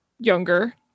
younger